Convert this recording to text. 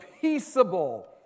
peaceable